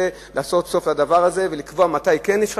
לעשות סוף לדבר הזה ולקבוע מתי כן יש חשש,